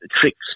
tricks